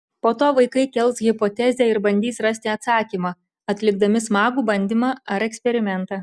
po to vaikai kels hipotezę ir bandys rasti atsakymą atlikdami smagų bandymą ar eksperimentą